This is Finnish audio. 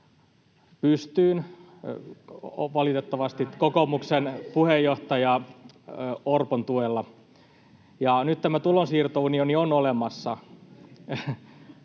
pystyyn, valitettavasti, kokoomuksen puheenjohtaja Orpon tuella, ja nyt tämä tulonsiirtounioni on olemassa.